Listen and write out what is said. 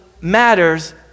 matters